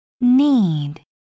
need